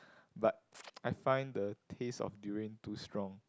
but I find the taste of durian too strong